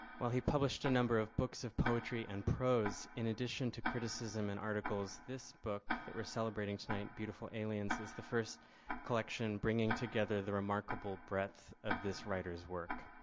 while he published a number of books of poetry and prose in addition to criticism and articles, this book that we're celebrating tonight, beautiful aliens is the first collection bringing together the remarkable breadth of this writers work.